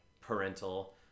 parental